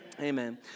Amen